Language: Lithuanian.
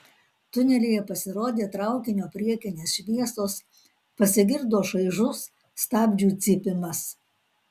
tunelyje pasirodė traukinio priekinės šviesos pasigirdo šaižus stabdžių cypimas